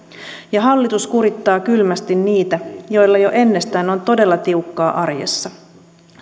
ja hallitus kurittaa kylmästi niitä joilla jo ennestään on todella tiukkaa arjessa